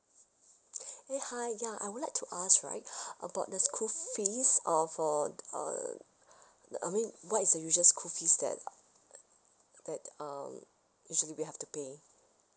eh hi ya I would like to ask right about the school fees uh for err the I mean what is the usual school fees that uh uh that um usually we have to pay